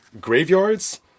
graveyards